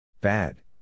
Bad